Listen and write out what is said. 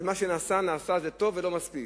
מה שנעשה זה טוב ולא מספיק.